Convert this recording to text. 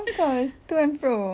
imagine being a traveller